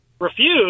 refused